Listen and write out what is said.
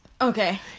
Okay